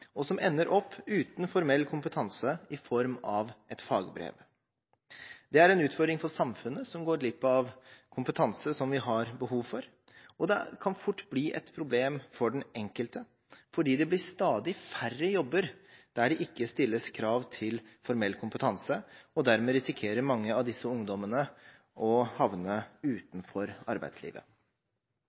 og som ender uten formell kompetanse i form av et fagbrev. Det er en utfordring for samfunnet, som går glipp av kompetanse som vi har behov for, og det kan fort bli et problem for den enkelte fordi det blir stadig færre jobber der det ikke stilles krav til formell kompetanse, og dermed risikerer mange av disse ungdommene å havne utenfor arbeidslivet.